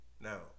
Now